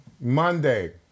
Monday